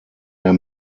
der